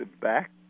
back